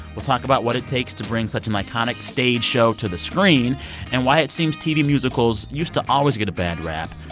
we'll talk about what it takes to bring such an iconic stage show to the screen and why it seems tv musicals used to always get a bad rap.